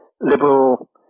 liberal